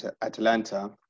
Atlanta